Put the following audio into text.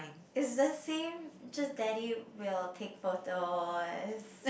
is the same just daddy will take photos